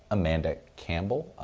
amanda campbell.